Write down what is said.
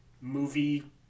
movie